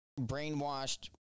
brainwashed